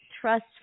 trust